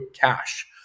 cash